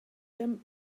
them